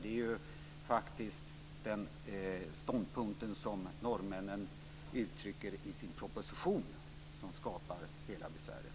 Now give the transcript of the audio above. Det är faktiskt den ståndpunkt som norrmännen uttrycker i sin proposition som skapar hela besväret.